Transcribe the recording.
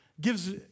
gives